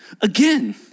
Again